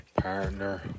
partner